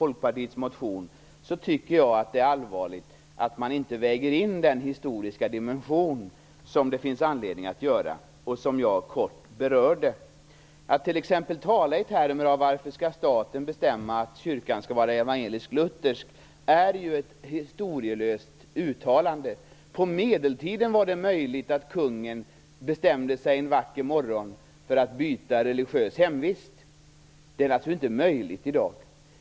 Folkpartiets motion tycker jag att det är allvarligt att man inte väger in den historiska dimension som det finns anledning att ha med och som jag kort berörde. Att t.ex. tala i termer av varför staten skall bestämma att kyrkan skall vara evangelisk-luthersk är ju ett historielöst uttalande. På medeltiden var det möjligt att kungen bestämde sig en vacker morgon för att byta religiöst hemvist. Det är naturligtvis inte möjligt i dag.